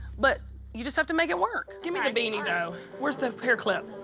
but you just have to make it work. get me the beanie, though. where's the hair clip?